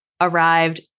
arrived